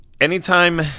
Anytime